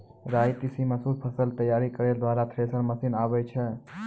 राई तीसी मसूर फसल तैयारी करै वाला थेसर मसीन आबै छै?